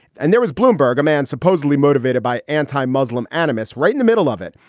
and there was bloomberg, a man supposedly motivated by anti-muslim animus right in the middle of it.